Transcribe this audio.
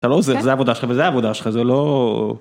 אתה לא עוזר, זה עבודה שלך וזה עבודה שלך, זה לא...